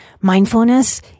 Mindfulness